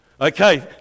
Okay